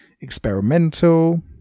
experimental